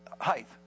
height